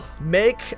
make